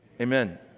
Amen